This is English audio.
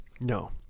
No